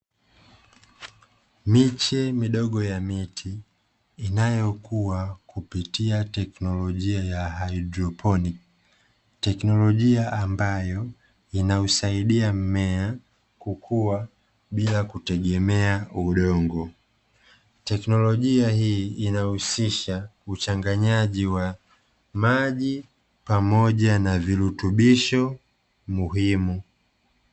Miche midogo ya miti inayokuwa kupitia teknolojia ya haypdroponi. Teknolojia ambayo inausaidia mmea kukua bila kutegemea udongo. Teknolojia hii inahusisha uchanganyaji wa maji pamoja na virutubisho muhimu.